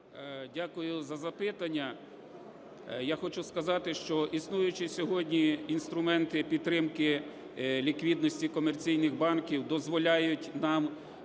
Дякую за запитання. Я хочу сказати, що існуючі сьогодні інструменти підтримки ліквідності комерційних банків дозволяють нам